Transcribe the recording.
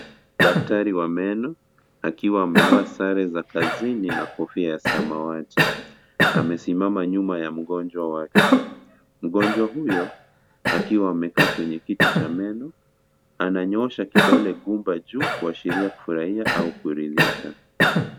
Daktari wa meno, akiwa amevaa sare za kazini na kofia ya samawati. Amesimama nyuma ya mgonjwa wake. Mgonjwa huyo, akiwa amekaa kwenye kiti cha meno. Ananyoosha kidole gumba juu, kuashiria kufurahia au kuridhika.